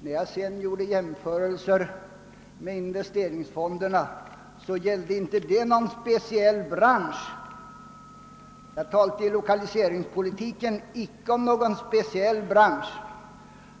Mina jämförelser med investeringsfonderna gällde lokaliseringspolitiken i allmänhet och icke någon speciell bransch,